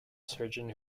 surgeon